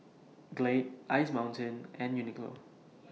Glade Ice Mountain and Uniqlo